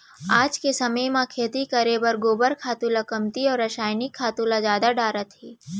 आज के समे म खेती करे बर गोबर खातू ल कमती अउ रसायनिक खातू ल जादा डारत हें